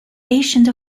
ancient